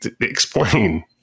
explain